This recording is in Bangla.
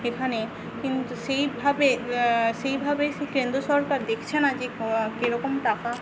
এখানে কিন্তু সেইভাবে সেইভাবে কেন্দ্র সরকার দেখছে না যে কেরকম টাকা